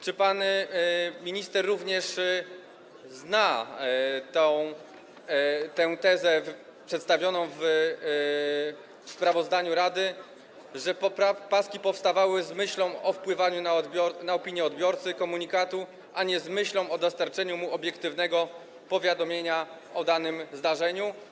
Czy pan minister również zna tę tezę przedstawioną w sprawozdaniu rady, że paski powstawały z myślą o wpływaniu na opinię odbiorcy komunikatu, a nie z myślą o dostarczeniu mu obiektywnego powiadomienia o danym zdarzeniu?